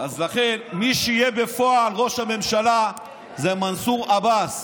אז לכן, מי שיהיה בפועל ראש הממשלה זה מנסור עבאס.